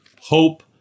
Hope